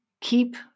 keep